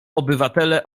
obywatele